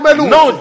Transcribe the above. no